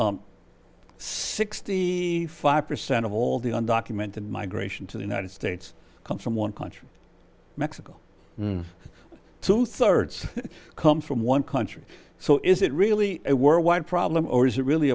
states sixty five percent of all the undocumented migration to the it states come from one country mexico two thirds come from one country so is it really a worldwide problem or is it really